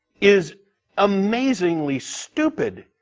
is amazingly stupid,